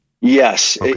Yes